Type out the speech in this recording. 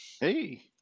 Hey